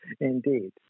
indeed